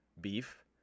beef